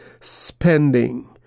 spending